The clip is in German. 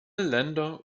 länder